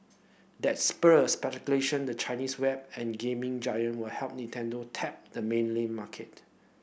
that spurred speculation the Chinese web and gaming giant will help Nintendo tap the mainland market